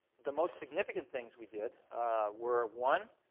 the most significant things we did were, one,